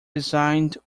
designed